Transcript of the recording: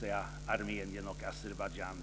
är Armenien och Azerbajdzjan.